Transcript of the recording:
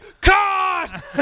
God